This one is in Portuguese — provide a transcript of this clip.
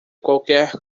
qualquer